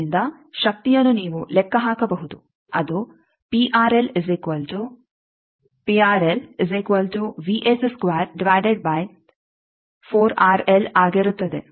ಆದ್ದರಿಂದ ಶಕ್ತಿಯನ್ನು ನೀವು ಲೆಕ್ಕಹಾಕಬಹುದು ಅದು ಆಗಿರುತ್ತದೆ